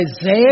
Isaiah